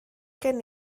gen